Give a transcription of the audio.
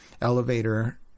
elevator